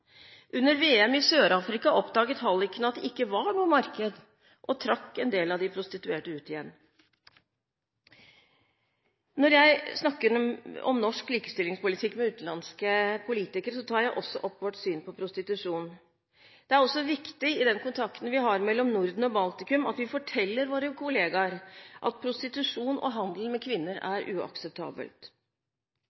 Under VM i Sør-Afrika oppdaget hallikene at det ikke var noe marked og trakk en del av de prostituerte ut igjen. Når jeg snakker om norsk likestillingspolitikk med utenlandske politikere, tar jeg også opp vårt syn på prostitusjon. Det er også viktig i den kontakten vi har mellom Norden og Baltikum, at vi forteller våre kolleger at prostitusjon og handel med kvinner